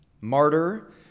martyr